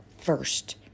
first